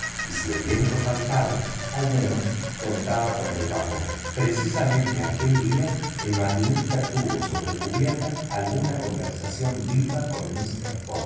y si el viento faltaba al menos contaba con el vapor precisamente aquel día el maquinista tuvo sobre cubierta alguna conversación viva con mister fogg